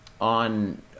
on